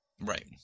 Right